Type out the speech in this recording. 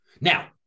Now